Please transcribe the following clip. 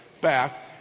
Back